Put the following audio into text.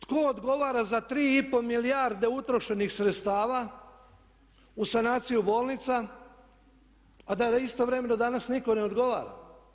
Tko odgovara za 3,5 milijarde utrošenih sredstava u sanaciju bolnica a da istovremeno danas nitko ne odgovara?